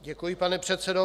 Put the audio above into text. Děkuji, pane předsedo.